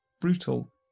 brutal